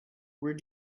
where